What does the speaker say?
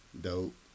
dope